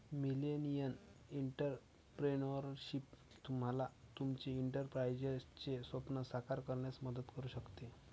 millennial entrepreneurship तुम्हाला तुमचे एंटरप्राइझचे स्वप्न साकार करण्यात मदत करू शकते